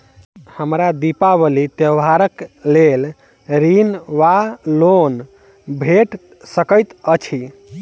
हमरा दिपावली त्योहारक लेल ऋण वा लोन भेट सकैत अछि?